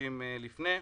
חודשים לפני.